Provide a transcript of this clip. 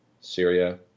Syria